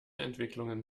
entwicklungen